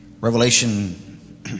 Revelation